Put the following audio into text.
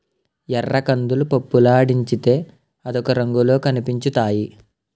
ఎర్రకందులు పప్పులాడించితే అదొక రంగులో కనిపించుతాయి